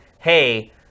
hey